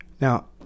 Now